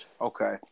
Okay